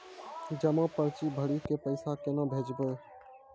जमा पर्ची भरी के पैसा केना भेजबे?